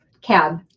Cab